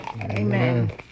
Amen